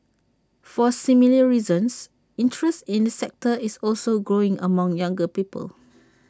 for similar reasons interest in the sector is also growing among younger people